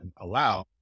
allow